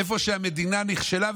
איפה שהמדינה נכשלה,